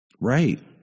right